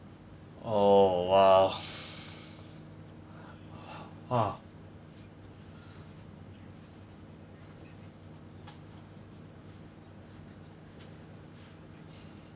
oh !wow! !wah!